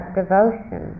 devotion